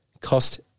Cost